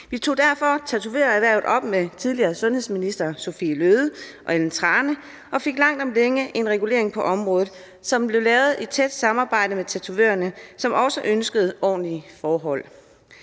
Vi tog derfor tatovørerhvervet op med tidligere sundhedsminister Sophie Løhde og siden med Ellen Trane Nørby og fik langt om længe en regulering på området, som blev lavet i tæt samarbejde med tatovørerne, der også ønskede ordentlige forhold.